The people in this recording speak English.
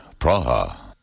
Praha